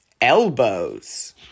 elbows